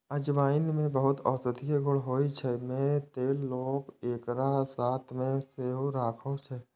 अजवाइन मे बहुत औषधीय गुण होइ छै, तें लोक एकरा साथ मे सेहो राखै छै